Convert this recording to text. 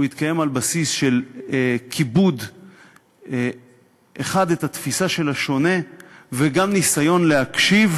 יתקיים על בסיס של כיבוד התפיסה של השונה וגם ניסיון להקשיב,